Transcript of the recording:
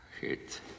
Hit